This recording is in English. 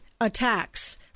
attacks